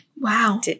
Wow